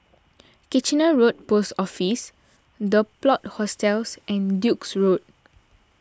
Kitchener Road Post Office the Plot Hostels and Duke's Road